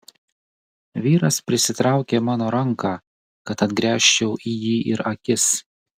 vyras prisitraukė mano ranką kad atgręžčiau į jį ir akis